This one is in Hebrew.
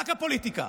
רק הפוליטיקה,